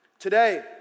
Today